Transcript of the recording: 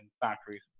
factories